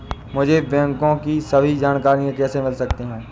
मुझे बैंकों की सभी जानकारियाँ कैसे मिल सकती हैं?